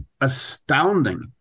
astounding